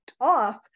off